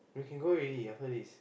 I can go already after this